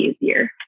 easier